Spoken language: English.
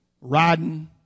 Riding